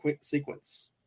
sequence